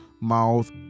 mouth